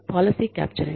policy capturing